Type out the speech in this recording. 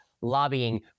lobbying